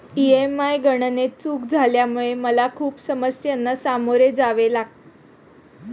EMI गणनेत चूक झाल्यामुळे मला खूप समस्यांना सामोरे जावे लागले